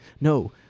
no